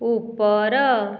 ଉପର